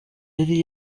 yari